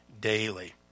daily